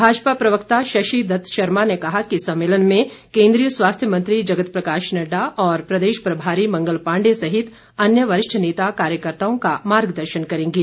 भाजपा प्रवक्ता शशि दत्त शर्मा ने कहा कि सम्मेलन में केन्द्रीय स्वास्थ्य मंत्री जगत प्रकाश नड्डा और प्रदेश प्रभारी मंगल पांडे सहित अन्य वरिष्ठ नेता कार्यकर्ताओं का मार्गदर्शन करेंगे